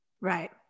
right